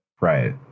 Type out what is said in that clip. Right